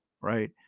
Right